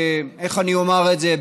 איך אני אומר את זה?